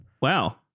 wow